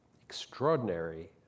extraordinary